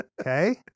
Okay